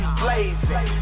blazing